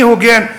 אני הוגן.